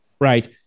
Right